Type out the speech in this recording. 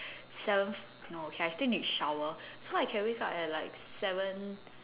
seven no okay I still need to shower so I can wake up at like seven